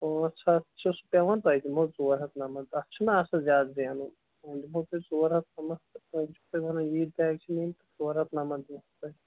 پٲنٛژھ ہَتھ چھُ سُہ پٮ۪وان تۄہہِ دِمہو ژور ہَتھ نَمَتھ اَتھ چھُنا آسان زیادٕ زینُن وۅنۍ دِمہو تۄہہِ ژور ہَتھ نَمَتھ تہٕ وۄنۍ چھُو تُہۍ وَنان ییٖتۍ بیگ چھِ نِنۍ ژور ہَتھ نَمَتھ دِمہو تۄہہِ